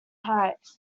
height